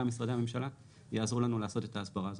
משרדי הממשלה יעזרו לנו לעשות את ההסברה הזאת.